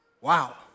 Wow